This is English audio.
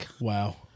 Wow